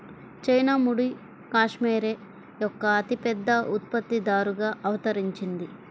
China ముడి cashmere యొక్క అతిపెద్ద ఉత్పత్తిదారుగా అవతరించింది